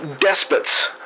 despots